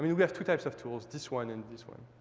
we we have two types of tools, this one and this one.